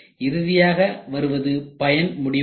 இறுதியாக வருவது பயன் முடிவாகும்